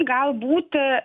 gal būt